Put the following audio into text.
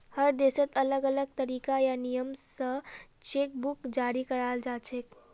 हर देशत अलग अलग तरीका या नियम स चेक बुक जारी कराल जाछेक